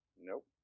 nope